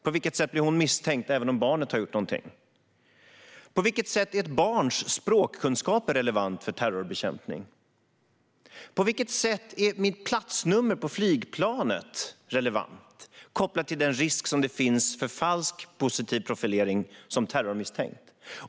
På vilket sätt är hon misstänkt, även om barnet har gjort någonting? På vilket sätt är ett barns språkkunskaper relevant för terrorbekämpning? På vilket sätt är mitt platsnummer på flygplanet relevant kopplat till den risk som finns för falsk positiv profilering som terrormisstänkt?